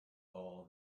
all